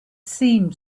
seemed